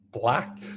black